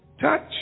touch